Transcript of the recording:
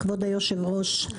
כבוד היושב-ראש,